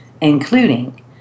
including